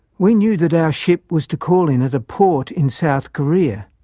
we knew that our ship was to call in at a port in south korea.